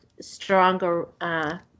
stronger